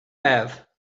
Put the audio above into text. have